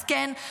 אז כן,